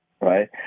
Right